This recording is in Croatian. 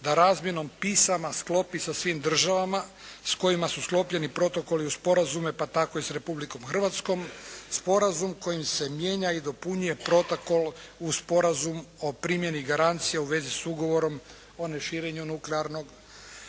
da razmjenom pisama sklopi sa svim državama s kojima su sklopljeni protokoli uz sporazume, pa tako i sa Republikom Hrvatskom sporazum kojim se mijenja i dopunjuje protokol uz sporazum o primjeni garancija u vezi sa Ugovorom o neširenju nuklearnog